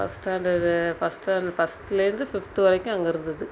first standard first ஸ்டாண் ஃபஸ்ட்லேருந்து fifth வரைக்கும் அங்கேருந்துது